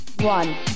one